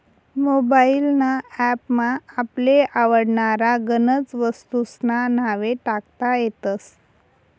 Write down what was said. mobile ना app मा आपले आवडनारा गनज वस्तूंस्ना नावे टाकता येतस